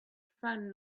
found